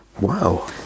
Wow